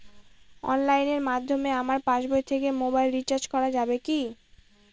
অনলাইনের মাধ্যমে আমার পাসবই থেকে মোবাইল রিচার্জ করা যাবে কি?